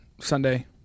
Sunday